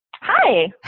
Hi